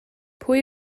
pwy